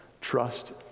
Trust